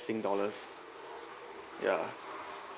singapore dollars ya